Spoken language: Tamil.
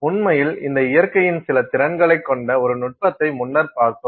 உண்மையில் இந்த இயற்கையின் சில திறன்களைக் கொண்ட ஒரு நுட்பத்தை முன்னர் பார்த்தோம்